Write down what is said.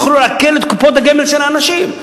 יוכלו לעקל את קופות הגמל של אנשים.